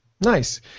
Nice